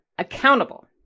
Accountable